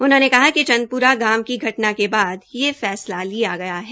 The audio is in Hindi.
उन्होंने कहा कि चंदप्रा गांव की घटना के बाद यह फैसला लिया गया है